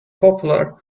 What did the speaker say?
popular